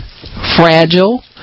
fragile